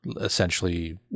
essentially